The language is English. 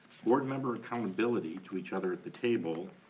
board member accountability to each other at the table,